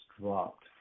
dropped